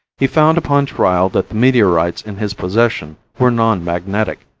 he found upon trial that the meteorites in his possession were non-magnetic,